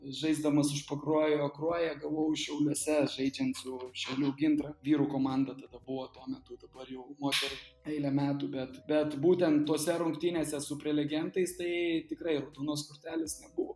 žaisdamas už pakruojo kruoją gavau šiauliuose žaidžiant su šiaulių gintra vyrų komanda tada buvo tuo metu dabar jau moterų eilę metų bet bet būtent tose rungtynėse su prelegentais tai tikrai raudonos kortelės nebuvo